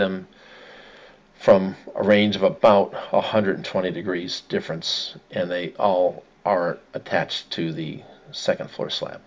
them from a range of about one hundred twenty degrees difference and they all are attached to the second floor sla